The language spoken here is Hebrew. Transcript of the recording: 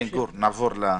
גור, נעבור הלאה.